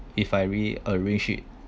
if I really arrange it